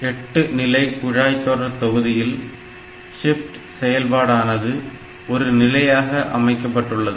8 நிலை குழாய் தொடர் தொகுதியில் ஷிப்ட் செயல்பாடானது ஒரு நிலையாக அமைக்கப்பட்டுள்ளது